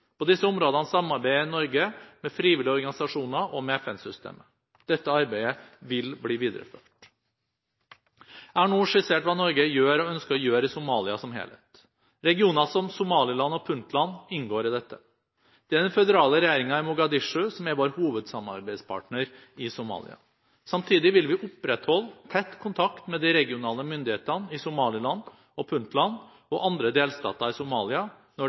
På disse områdene samarbeider Norge med frivillige organisasjoner og med FN-systemet. Dette arbeidet vil bli videreført. Jeg har nå skissert hva Norge gjør og ønsker å gjøre i Somalia som helhet. Regioner som Somaliland og Puntland inngår i dette. Det er den føderale regjeringen i Mogadishu som er vår hovedsamarbeidspartner i Somalia. Samtidig vil vi opprettholde tett kontakt med de regionale myndighetene i Somaliland og Puntland og andre delstater i Somalia når